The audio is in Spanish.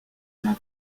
una